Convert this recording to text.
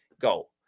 go